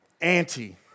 anti